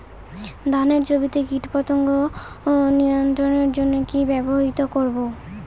ধানের জমিতে কীটপতঙ্গ নিয়ন্ত্রণের জন্য কি ব্যবহৃত করব?